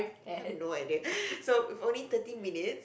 I've no idea so with only thirty minutes